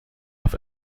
auf